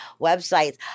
websites